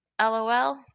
LOL